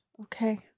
Okay